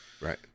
right